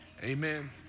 Amen